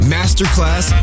Masterclass